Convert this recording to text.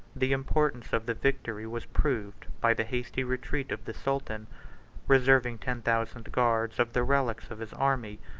the importance of the victory was proved by the hasty retreat of the sultan reserving ten thousand guards of the relics of his army,